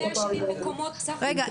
רגע.